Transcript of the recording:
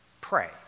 Pray